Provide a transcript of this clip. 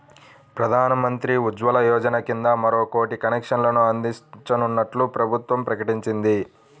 ప్రధాన్ మంత్రి ఉజ్వల యోజన కింద మరో కోటి కనెక్షన్లు అందించనున్నట్లు ప్రభుత్వం ప్రకటించింది